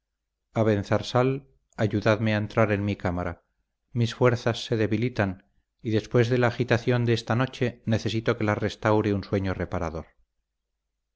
francia abenzarsal ayudadme a entrar en mi camara mis fuerzas se debilitan y después de la agitación de esta noche necesito que las restaure un sueño reparador